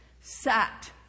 sat